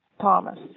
Thomas